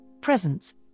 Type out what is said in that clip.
presents